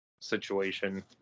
situation